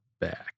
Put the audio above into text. back